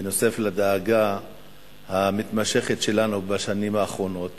נוסף על הדאגה המתמשכת שלנו בשנים האחרונות